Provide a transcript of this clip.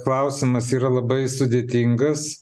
klausimas yra labai sudėtingas